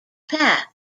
path